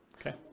Okay